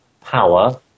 power